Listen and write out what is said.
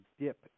dip